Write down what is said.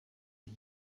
uni